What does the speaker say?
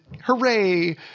Hooray